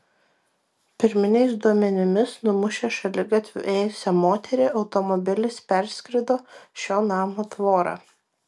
pirminiais duomenimis numušęs šaligatviu ėjusią moterį automobilis perskrido šio namo tvorą